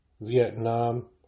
Vietnam